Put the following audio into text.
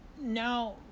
now